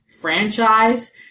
franchise